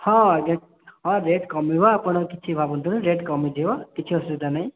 ହଁ ଆଜ୍ଞା ହଁ ରେଟ୍ କମିବ ଆପଣ କିଛି ଭାବନ୍ତୁନି ରେଟ୍ କମିଯିବ କିଛି ଅସୁବିଧା ନାହିଁ